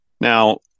Now